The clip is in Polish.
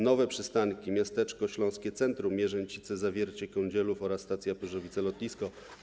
Nowe przystanki to Miasteczko Śląskie Centrum, Mierzęcice, Zawiercie Kądzielów oraz stacja Pyrzowice Lotnisko.